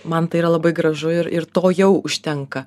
man tai yra labai gražu ir ir to jau užtenka